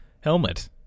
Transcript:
Helmet